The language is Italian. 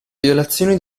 violazione